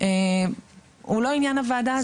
הוא לא עניין הוועדה הזאת.